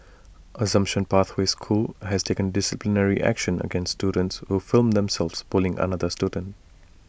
assumption pathway school has taken disciplinary action against students who filmed themselves bullying another student